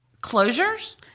closures